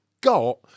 got